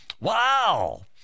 wow